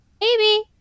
Baby